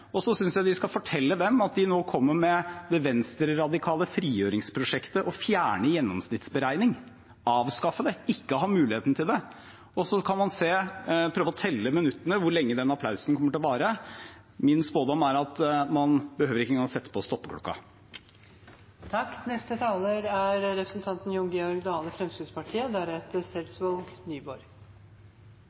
og så synes jeg de skal fortelle dem at de nå kommer med det venstreradikale frigjøringsprosjektet å fjerne gjennomsnittsberegning – avskaffe det, ikke ha muligheten til det. Så kan man prøve å telle hvor mange minutter den applausen kommer til å vare. Min spådom er at man behøver ikke engang å sette på